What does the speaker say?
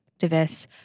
activists